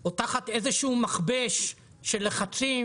או תחת איזשהו מכבש של לחצים,